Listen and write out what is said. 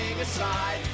aside